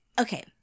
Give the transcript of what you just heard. okay